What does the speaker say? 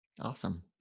Awesome